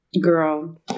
girl